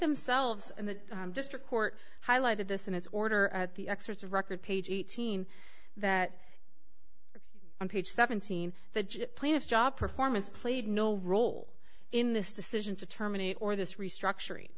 themselves and the district court highlighted this in its order at the excerpts of record page eighteen that on page seventeen the plan of job performance played no role in this decision to terminate or this restructuring